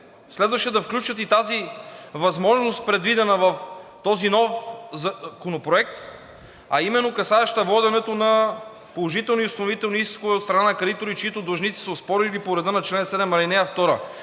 следваше да включат и тази възможност, предвидена в този нов законопроект, а именно касаеща воденето на положителни установителни искове от страна на кредитори, чиито длъжници са оспорили по реда на чл. 7, ал. 2.